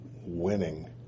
winning